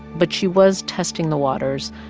but she was testing the waters,